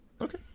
okay